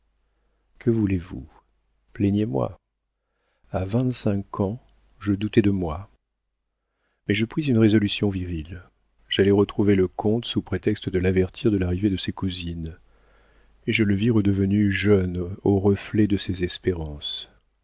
que voulez-vous plaignez-moi a vingt-cinq ans je doutai de moi mais je pris une résolution virile j'allai retrouver le comte sous prétexte de l'avertir de l'arrivée de ses cousines et je le vis redevenu jeune au reflet de ses espérances